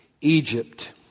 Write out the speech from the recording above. Egypt